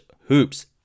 hoops